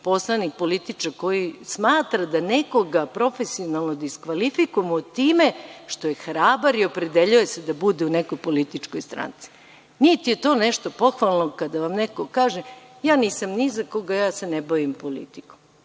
poslanik političar koji smatra da nekoga profesionalno diskvalifikujemo time što je hrabar i opredeljuje se da bude u nekoj političkoj stranci. Niti je to nešto pohvalno kada vam neko kaže – ja nisam ni za koga, ja se ne bavim politikom.